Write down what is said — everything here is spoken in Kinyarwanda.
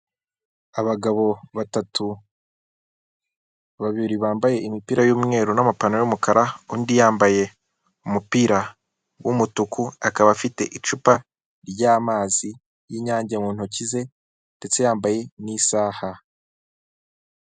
Abagabo batatu babiri bambaye imipira y'umweru n'amapantaro y'umukara, undi yambaye umupira w'umutuku akaba afite icupa ry'amazi y'inyange mu ntoki ze ndetse yambaye n'isaha.